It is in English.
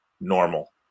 normal